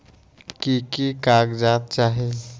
की की कागज़ात चाही?